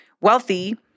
wealthy